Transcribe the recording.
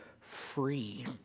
Free